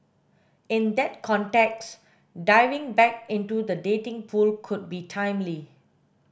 in that context diving back into the dating pool could be timely